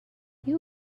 you